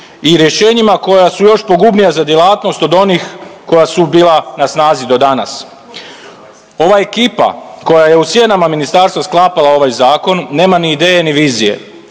i rješenjima koja su još pogubnija za djelatnost od onih koja su bila na snazi do danas. Ova ekipa koja je u sjenama ministarstva klapala ovaj zakon nema ni ideje, ni vizije